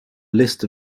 list